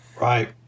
Right